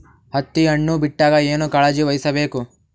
ಹತ್ತಿ ಹಣ್ಣು ಬಿಟ್ಟಾಗ ಏನ ಕಾಳಜಿ ವಹಿಸ ಬೇಕು?